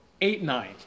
eight-nine